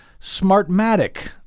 Smartmatic